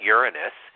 Uranus